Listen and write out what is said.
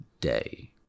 day